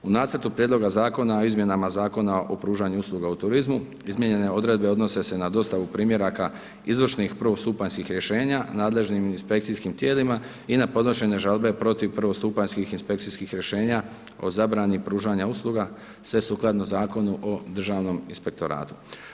U Nacrtu prijedloga Zakona o izmjenama Zakona o pružanju usluga u turizmu izmijenjene odredbe odnose se na dostavu primjeraka izvršnih prvostupanjskih rješenja nadležnim inspekcijskim tijelima, i na podnošenje žalbe protiv prvostupanjskih inspekcijskih rješenja o zabrani pružanja usluga, sve sukladno Zakonu o državnom inspektoratu.